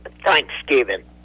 Thanksgiving